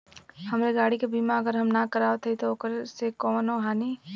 हमरे गाड़ी क बीमा अगर हम ना करावत हई त ओकर से कवनों हानि?